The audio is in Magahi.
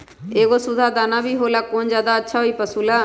एगो सुधा दाना भी होला कौन ज्यादा अच्छा होई पशु ला?